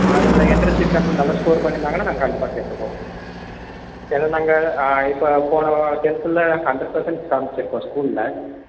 அதில் எண்ட்ரன்ஸ் எக்ஸாம்ல நல்ல ஸ்கோர் பண்ணிருந்தாங்கன்னா நாங்கள் கண்டிப்பாக சேர்த்துப்போம் ஏன்னா நாங்கள் இப்போ போன டென்த்தில் ஹண்ரட் பெர்செண்ட் காமிச்சுருக்கோம் ஸ்கூலில்